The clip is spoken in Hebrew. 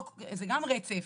זה גם רצף.